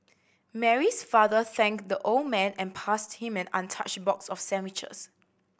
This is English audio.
Mary's father thanked the old man and passed him an untouched box of sandwiches